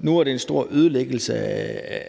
at det var en stor ødelæggelse